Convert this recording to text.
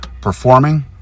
performing